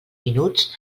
minuts